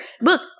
Look